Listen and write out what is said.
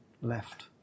left